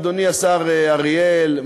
אדוני השר אריאל,